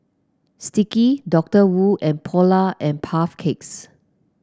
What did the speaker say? Sticky Doctor Wu and Polar and Puff Cakes